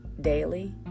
daily